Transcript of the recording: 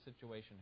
situation